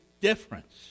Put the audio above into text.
difference